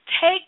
take